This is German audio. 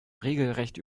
regelrecht